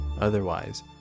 otherwise